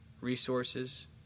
resources